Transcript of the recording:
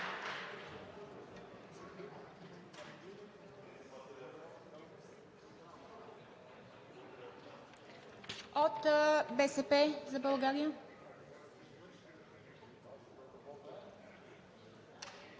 От „БСП за България“?